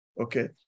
okay